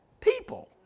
people